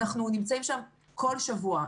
אנחנו נמצאים שם כל שבוע.